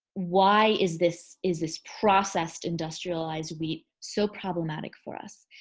why is this is this processed industrialized wheat so problematic for us?